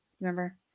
remember